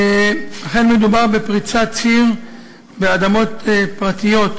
1. מדובר בפריצת ציר באדמות פרטיות,